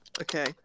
Okay